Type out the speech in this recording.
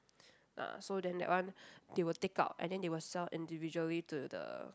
ah so then that one they will take out and then they will sell individually to the